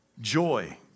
Joy